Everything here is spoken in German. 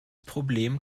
problem